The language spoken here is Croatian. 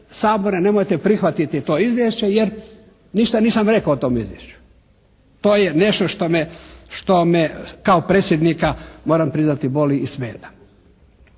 nemojte prihvatiti to izvješće, jer ništa nisam rekao o tom izvješću. To je nešto što me kao predsjednika moram priznati boli i smeta.